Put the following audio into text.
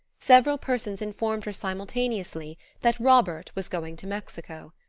several persons informed her simultaneously that robert was going to mexico.